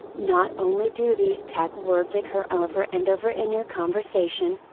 not only do these tag words occur over and over in your conversation,